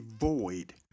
void